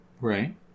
Right